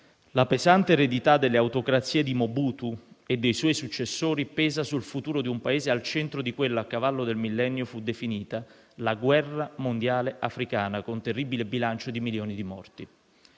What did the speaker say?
La pesante eredità delle autocrazie di Mobutu e dei suoi successori pesa sul futuro di un Paese al centro di quella che, a cavallo del millennio, fu definita la «guerra mondiale africana», con un terribile bilancio di milioni di morti.